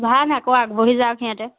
ভাল আকৌ আগবাঢ়ি যাওঁক সিহঁতে